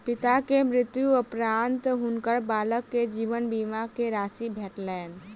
पिता के मृत्यु उपरान्त हुनकर बालक के जीवन बीमा के राशि भेटलैन